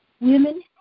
women